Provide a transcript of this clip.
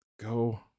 Go